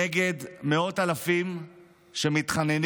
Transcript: נגד מאות אלפים שמתחננים,